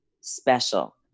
special